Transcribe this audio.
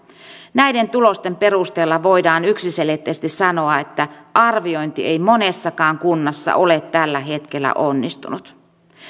näiden tulosten perusteella voidaan yksiselitteisesti sanoa että arviointi ei monessakaan kunnassa ole tällä hetkellä onnistunut